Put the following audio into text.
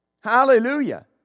Hallelujah